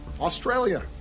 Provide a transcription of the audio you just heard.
Australia